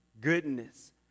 goodness